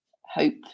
hope